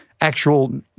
actual